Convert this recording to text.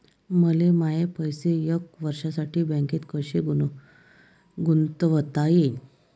मले माये पैसे एक वर्षासाठी बँकेत कसे गुंतवता येईन?